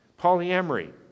Polyamory